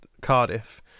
Cardiff